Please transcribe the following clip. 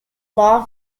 law